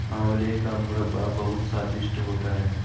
आंवले का मुरब्बा बहुत स्वादिष्ट होता है